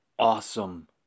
Awesome